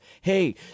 hey